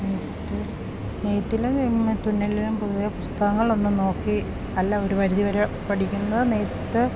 നെയ്ത്ത് നെയ്ത്തിലും തുന്നിലിനും പൊതുവേ പുസ്തകങ്ങളിൽ ഒന്നും നോക്കി അല്ല ഒരു പരിധി വരെ പഠിക്കുന്നത് നെയ്ത്ത്